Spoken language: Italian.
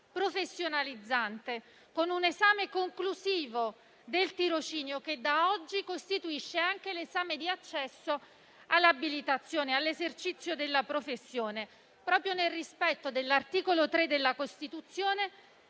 professionalizzante con un esame conclusivo del tirocinio, che da oggi costituisce anche l'esame di accesso all'esercizio della professione, proprio nel rispetto dell'articolo 3 della Costituzione